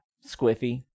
Squiffy